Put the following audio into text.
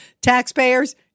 taxpayers